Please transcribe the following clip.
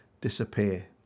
disappear